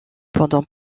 pendant